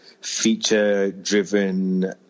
feature-driven